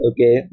okay